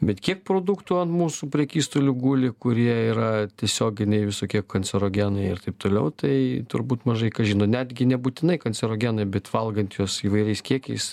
bet kiek produktų ant mūsų prekystalių guli kurie yra tiesioginiai visokie kancerogenai ir taip toliau tai turbūt mažai kas žino netgi nebūtinai kancerogenai bet valgant juos įvairiais kiekiais